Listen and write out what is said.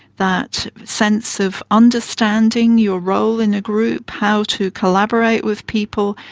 that sense of understanding your role in a group, how to collaborate with people,